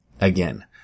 again